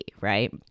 right